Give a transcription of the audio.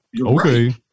Okay